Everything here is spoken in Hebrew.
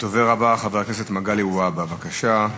הדובר הבא, חבר הכנסת מגלי והבה, בבקשה.